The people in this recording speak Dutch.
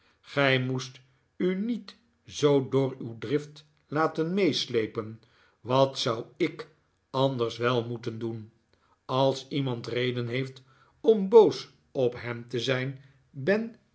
gij moest u niet zoo door uw drift laten meesleepen wat zou ik anders wel moeten doen als iemand reden heeft om boos op hem te zijn ben